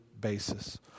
basis